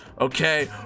okay